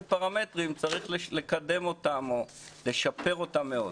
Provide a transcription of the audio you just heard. פרמטרים צריך לקדם אותם או לשפר אותם מאוד?